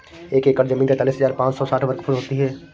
एक एकड़ जमीन तैंतालीस हजार पांच सौ साठ वर्ग फुट होती है